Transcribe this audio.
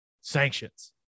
sanctions